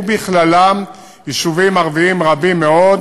ובכללם יישובים ערביים רבים מאוד,